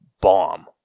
bomb